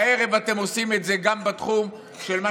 הערב אתם עושים את זה גם בתחום של מה